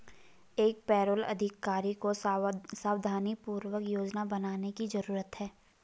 एक पेरोल अधिकारी को सावधानीपूर्वक योजना बनाने की जरूरत है